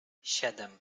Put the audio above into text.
siedem